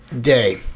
day